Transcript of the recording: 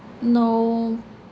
no